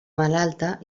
malalta